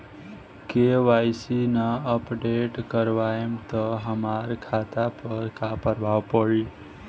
KYC ना update करवाएम त हमार खाता पर का प्रभाव पड़ी?